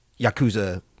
Yakuza